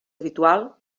habitual